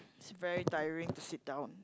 it's very tiring to sit down